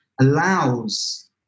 allows